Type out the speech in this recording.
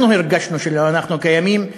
אנחנו הרגשנו שאנחנו לא קיימים,